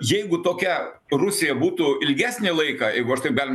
jeigu tokia rusija būtų ilgesnį laiką jeigu aš taip bent